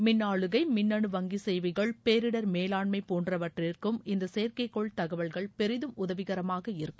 மின் ஆளுகை மின்னனு வங்கி சேவைகள் பேரிடர் மேலாண்மை போன்றவற்றிற்கும் இந்த செயற்கை கோள் தகவல்கள் பெரிதும் உதவிகரமாக இருக்கும்